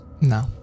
no